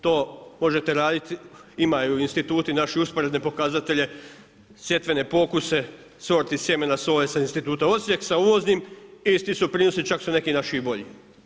To možete raditi, imaju instituti naši usporedne pokazatelje, sjetvene pokuse, sorti sjemena sa instituta Osijek, sa uvoznim i tu su prinosi, čak su neki naši i bolji.